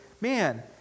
man